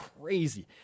crazy